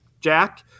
Jack